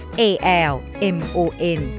Salmon